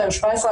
217,